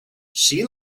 she